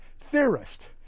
Theorist